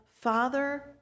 father